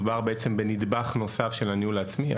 מדובר בעצם בנדבך נוסף של הניהול העצמי.